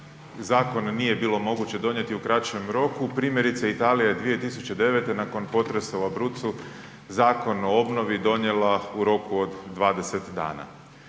zakon nije bilo moguće donijeti u kraćem roku primjerice Italija je 2009. nakon potresa u Abruzzu Zakon o obnovi donijela u roku od 20 dana.